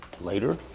later